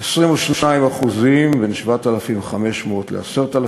22% בין 7,500 ל-10,000 ש"ח,